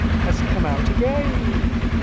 has come out again